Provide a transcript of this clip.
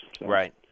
Right